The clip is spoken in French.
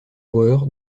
joueur